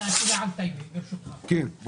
הישיבה ננעלה בשעה 11:00.